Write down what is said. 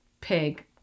pig